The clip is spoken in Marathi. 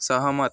सहमत